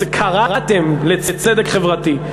קראתם לצדק חברתי.